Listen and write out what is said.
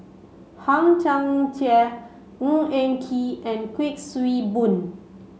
Hang Chang Chieh Ng Eng Kee and Kuik Swee Boon